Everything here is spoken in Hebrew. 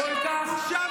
בושה וחרפה.